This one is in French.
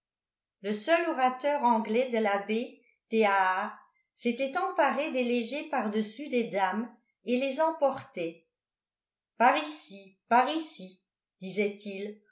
le seul orateur anglais de la baie des ha ha s'était emparé des légers pardessus des dames et les emportait par ici par ici